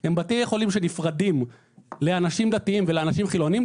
הם בתי חולים שנפרדים לאנשים דתיים ולאנשים חילוניים,